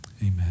amen